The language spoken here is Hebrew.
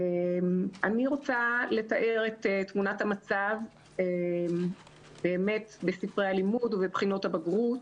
אני רוצה לתאר את תמונת המצב בספרי הלימוד ובבחינות הבגרות.